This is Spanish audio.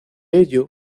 ello